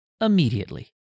immediately